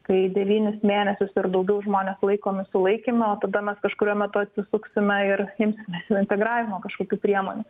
kai devynis mėnesius ir daugiau žmonės laikomi sulaikyme tada mes kažkuriuo metu atsisuksime ir imsimės integravimo kažkokių priemonių